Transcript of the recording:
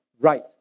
right